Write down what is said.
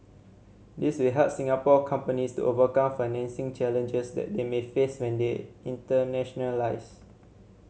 these will help Singapore companies to overcome financing challenges that they may face when they internationalise